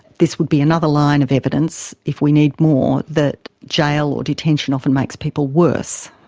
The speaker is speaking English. this would be another line of evidence, if we need more, that jail or detention often makes people worse.